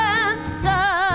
answer